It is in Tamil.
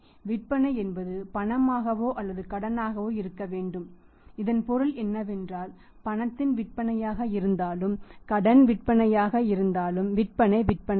விற்பனை என்பது பணமாகவோ அல்லது கடனாகவோ இருக்கவேண்டும் இதன் பொருள் என்னவென்றால் பணத்தின் விற்பனையாக இருந்தாலும் கடன் விற்பனையாக இருந்தாலும் விற்பனை விற்பனையே